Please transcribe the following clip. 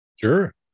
sure